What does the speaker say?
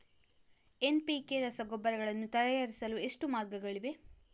NPK ರಸಗೊಬ್ಬರಗಳನ್ನು ತಯಾರಿಸಲು ಎಷ್ಟು ಮಾರ್ಗಗಳಿವೆ?